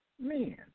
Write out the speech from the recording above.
men